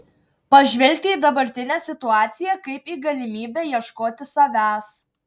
pažvelgti į dabartinę situaciją kaip į galimybę ieškoti savęs